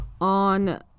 on